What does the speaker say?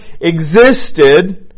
existed